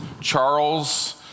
Charles